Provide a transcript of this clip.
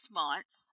months